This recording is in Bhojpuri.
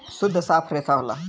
सुद्ध साफ रेसा होला